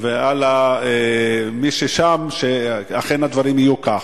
ועל מי ששם שאכן הדברים יהיו כך.